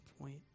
point